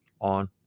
on